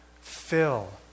fill